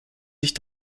sich